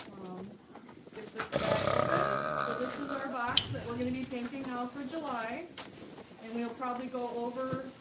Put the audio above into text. let's get this guy open so this is our box that we're going to be painting now forjuly and we'll probably go over